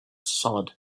solid